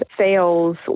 sales